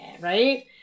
right